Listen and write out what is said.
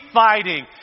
fighting